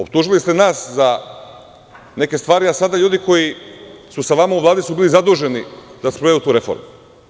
Optužili ste nas za neke stvari, a sada ljudi koji su sa vama u Vladi su bili zaduženi da sprovedu tu reformu.